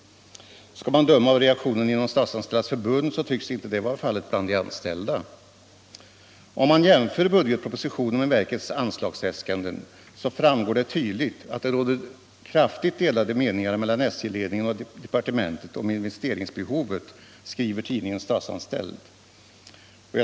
Skall man döma av reaktionen inom Statsanställdas förbund, tycks detta inte vara fallet bland de anställda. Om man jämför budgetpropositionen med verkets anslagsäskanden, framgår det tydligt att det råder kraftigt delade meningar mellan SJ-ledningen och departementet om investeringsbehovet, skriver tidningen Statsanställd.